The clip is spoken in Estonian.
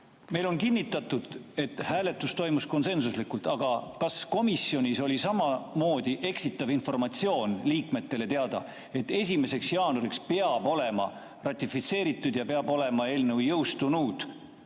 Meile on kinnitatud, et hääletus toimus konsensuslikult, aga kas komisjonis oli samamoodi eksitav informatsioon liikmetele teada, et 1. jaanuariks peab olema ratifitseeritud ja peab olema eelnõu jõustunud?